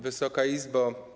Wysoka Izbo!